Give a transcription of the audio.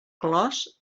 clos